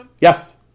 Yes